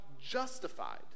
justified